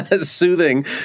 Soothing